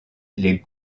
les